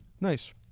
Nice